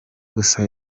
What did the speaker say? gusa